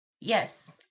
Yes